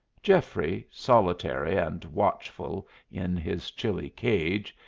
geoffrey, solitary and watchful in his chilly cage,